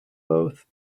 both